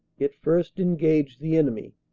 it first engaged the enemy.